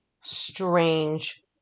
strange